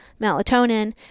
melatonin